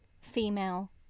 female